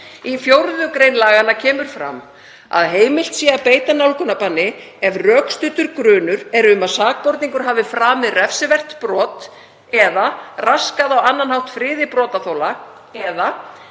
Í 4. gr. laganna kemur fram að heimilt sé að beita nálgunarbanni ef rökstuddur grunur er um að sakborningur hafi framið refsivert brot eða raskað á annan hátt friði brotaþola eða